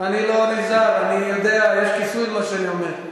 אני לא נזהר, אני יודע, יש כיסוי למה שאני אומר.